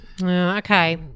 Okay